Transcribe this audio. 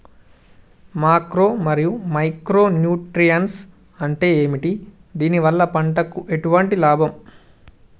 Macro మరియు micro nutrients అంటే ఏమిటి? దీనివల్ల పంటకు ఎటువంటి లాభం?